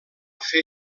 fer